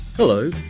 Hello